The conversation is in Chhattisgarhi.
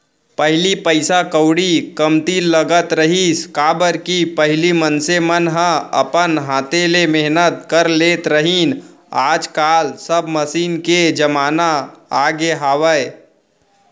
पहिली पइसा कउड़ी कमती लगत रहिस, काबर कि पहिली मनसे मन ह अपन हाथे ले मेहनत कर लेत रहिन आज काल सब मसीन के जमाना आगे हावय